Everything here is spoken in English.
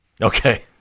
Okay